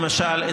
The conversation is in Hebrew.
למשל,